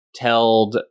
Teld